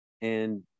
and-